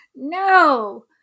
No